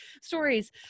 stories